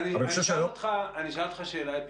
אני אשאל אותך שאלה אפיקורסית,